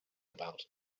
about